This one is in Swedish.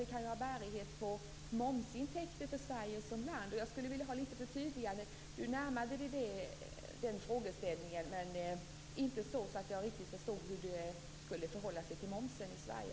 Det kan ju ha bärighet på momsintäkter för Sverige som land. Jag skulle vilja få det förtydligat. Statsrådet närmade sig den frågeställningen, men inte så att jag riktigt förstod hur det skulle förhålla sig till momsen i Sverige.